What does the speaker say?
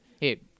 Hey